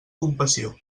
compassió